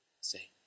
say